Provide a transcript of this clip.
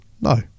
No